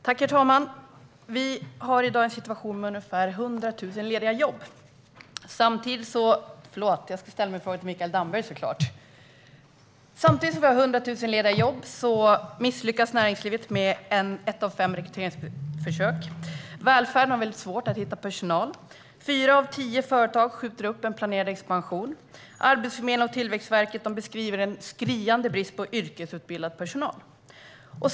Herr talman! Min fråga går till Mikael Damberg. Vi har i dag en situation med ungefär 100 000 lediga jobb. Samtidigt misslyckas näringslivet med ett av fem rekryteringsförsök. Välfärden har väldigt svårt att hitta personal. Fyra av tio företag skjuter upp en planerad expansion. Arbetsförmedlingen och Tillväxtverket beskriver en skriande brist på yrkesutbildad personal.